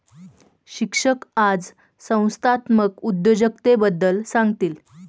शिक्षक आज संस्थात्मक उद्योजकतेबद्दल सांगतील